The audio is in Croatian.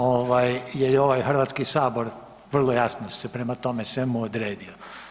Ovaj jer ovaj Hrvatski sabor vrlo jasno se prema tome svemu odredio.